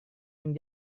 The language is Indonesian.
yang